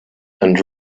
and